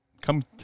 Come